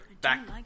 back